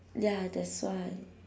ya that's why